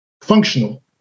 Functional